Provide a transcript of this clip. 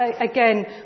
again